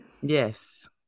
Yes